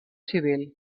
civil